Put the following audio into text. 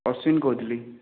ଅଶ୍ଵିନ କହୁଥିଲି